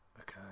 Okay